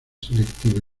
selectiva